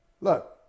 Look